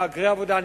מהגרי עבודה,